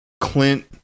Clint